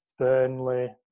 Burnley